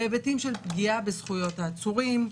בהיבטים של פגיעה בזכויות העצורים,